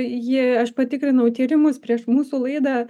ji aš patikrinau tyrimus prieš mūsų laidą